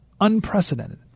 unprecedented